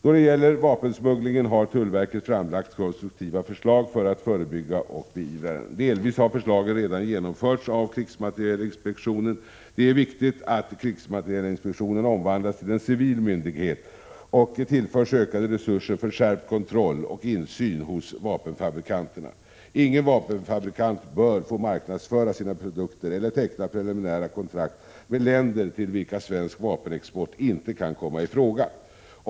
Då det gäller vapensmugglingen har tullverket framlagt konstruktiva förslag för att förebygga och beivra denna. Delvis har förslagen redan genomförts av krigsmaterielinspektionen. Det är viktigt att krigsmaterielinspektionen omvandlas till en civil myndighet och tillförs ökade resurser för skärpt kontroll och insyn hos vapenfabrikanterna. Ingen vapenfabrikant bör få marknadsföra sina produkter eller teckna preliminära kontrakt med länder till vilka svensk vapenexport inte kan komma i fråga.